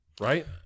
Right